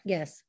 Yes